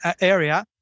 area